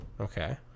Okay